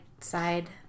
side